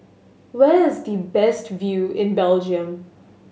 where is the best view in Belgium